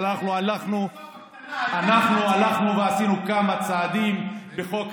אבל אנחנו, זה בקטנה, העיקר התקציב.